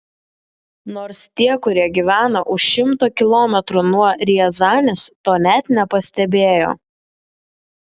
nors tie kurie gyvena už šimto kilometrų nuo riazanės to net nepastebėjo